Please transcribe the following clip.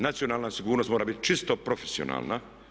Nacionalna sigurnost mora biti čisto profesionalna.